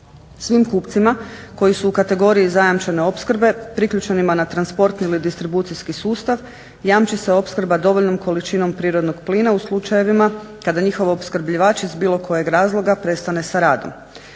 Svim kupcima koji su u kategoriji zajamčene opskrbe priključenima na transport ili distribucijski sustav jamči se opskrba dovoljnom količinom prirodnog plina u slučajevima kada njihov opskrbljivač iz bilo kojeg razloga prestane sa radom.